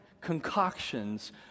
concoctions